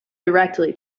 directly